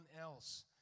else